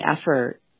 effort